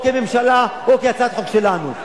או כממשלה או כהצעת חוק שלנו.